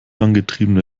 angetriebene